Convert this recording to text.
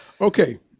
Okay